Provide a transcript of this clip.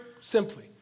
simply